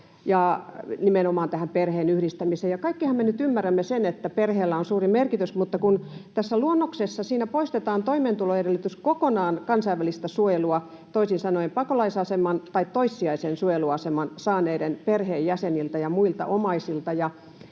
ja nimenomaan tätä perheenyhdistämistä. Kaikkihan me nyt ymmärrämme sen, että perheellä on suuri merkitys, mutta kun tässä luonnoksessa poistetaan toimeentuloedellytys kokonaan kansainvälistä suojelua saavien eli toisin sanoen pakolaisaseman tai toissijaisen suojeluaseman saaneiden perheenjäseniltä ja muilta omaisilta,